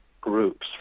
groups